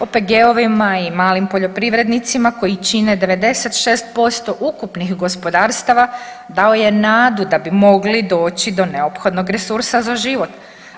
OPG-ovima i malim poljoprivrednicima koji čine 96% ukupnih gospodarstava dao je nadu da bi mogli doći do neophodnog resursa za život.